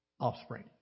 offspring